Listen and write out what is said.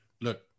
look